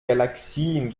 galaxien